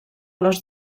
les